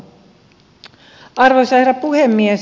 arvoisa herra puhemies